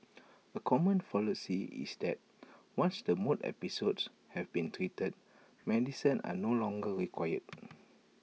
A common fallacy is that once the mood episodes have been treated medicines are no longer required